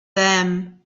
them